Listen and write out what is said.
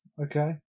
Okay